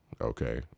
okay